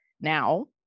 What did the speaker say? Now